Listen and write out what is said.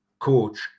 coach